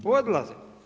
Odlaze.